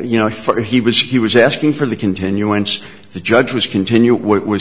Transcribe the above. you know for he was he was asking for the continuance the judge was continue w